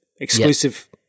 exclusive